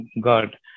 God